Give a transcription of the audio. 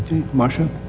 motion?